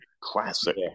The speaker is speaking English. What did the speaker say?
classic